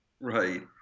right